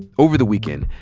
over the weekend,